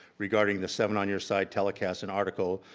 regarding the seven on your side telecast and article,